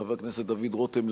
חבר הכנסת דוד רותם,